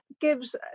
gives